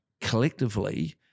collectively